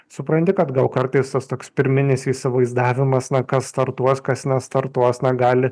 supranti kad gal kartais tas toks pirminis įsivaizdavimas na kas startuos kas nestartuos na gali